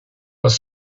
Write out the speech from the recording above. was